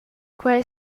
quei